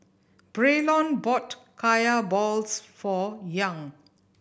Braylon bought Kaya balls for Young